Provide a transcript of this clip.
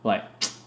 like